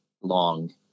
long